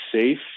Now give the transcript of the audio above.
safe